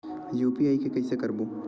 UPI के कइसे करबो?